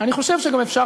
שקל